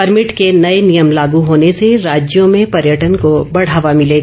permit के नए नियम लागू होने से राज्यों में पर्यटन को बढ़ावा भिलेगा